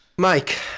Mike